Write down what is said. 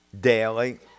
daily